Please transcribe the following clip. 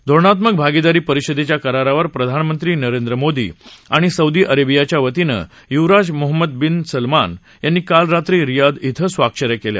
धोरणात्मक भागीदारी परिषदेच्या करारावर प्रधानमंत्री नरेंद्र मोदी आणि सौदी अरेबियाच्या वतीनं युवराज मोहम्मद बिन सलमान यांनी काल रात्री रियाध इथं स्वाक्षऱ्या केल्या